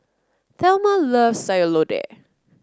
Thelma loves Sayur Lodeh